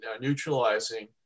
neutralizing